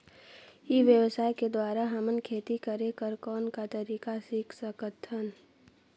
ई व्यवसाय के द्वारा हमन खेती करे कर कौन का तरीका सीख सकत हन?